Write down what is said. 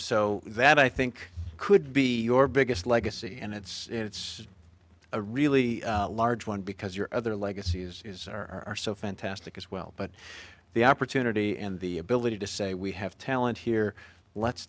so that i think could be your biggest legacy and it's it's a really large one because your other legacy is are so fantastic as well but the opportunity and the ability to say we have talent here let's